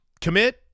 Commit